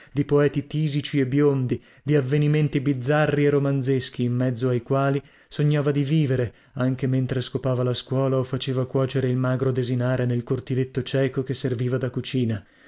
di poeti tisici e biondi di avvenimenti bizzarri e romanzeschi in mezzo ai quali sognava di vivere anche mentre scopava la scuola o faceva cuocere il magro desinare nel cortiletto cieco che serviva da cucina